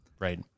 Right